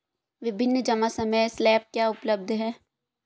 विभिन्न जमा समय स्लैब क्या उपलब्ध हैं?